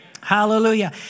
Hallelujah